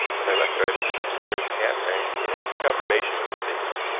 when i left her i visited the nearest cab rank, and had confirmation of her statement.